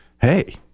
hey